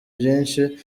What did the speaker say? byinshi